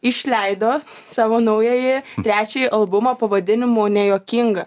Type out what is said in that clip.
išleido savo naująjį trečiąjį albumą pavadinimu nejuokinga